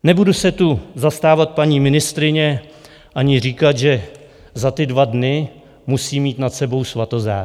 Nebudu se tu zastávat paní ministryně ani říkat, že za ty dva dny musí mít nad sebou svatozář.